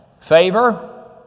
favor